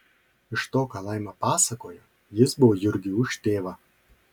iš to ką laima pasakojo jis buvo jurgiui už tėvą